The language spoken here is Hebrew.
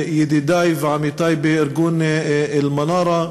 ידידי ועמיתי בארגון "אלמנארה",